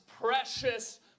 precious